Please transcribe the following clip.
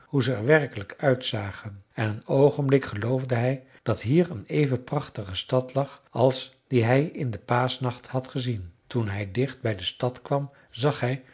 hoe ze er werkelijk uitzagen en een oogenblik geloofde hij dat hier een even prachtige stad lag als die hij in den paaschnacht had gezien toen hij dicht bij de stad kwam zag hij